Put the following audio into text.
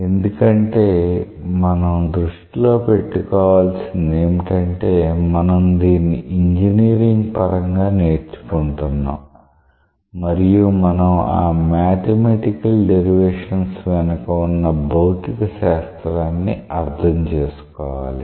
ఎందుకంటే మనం దృష్టిలో పెట్టుకోవాల్సింది ఏమిటంటే మనం దీన్ని ఇంజనీరింగ్ పరంగా నేర్చుకుంటున్నాం మరియు మనం ఆ మాథమెటికల్ డెరివేషన్స్ వెనక ఉన్న భౌతిక శాస్త్రాన్ని అర్థం చేసుకోవాలి